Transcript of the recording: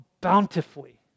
bountifully